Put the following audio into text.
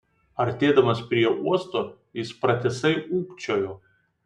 artėdamas prie uosto jis pratisai ūkčiojo